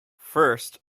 first